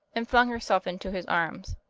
and flung herself into his arms.